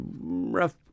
rough